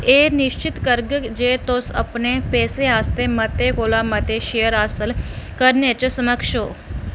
एह् निश्चत करग जे तुस अपने पैसे आस्तै मते कोला मते शेयर हासल करने च समक्ष ओ